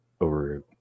over